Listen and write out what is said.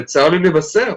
וצר לי לבשר.